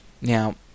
Now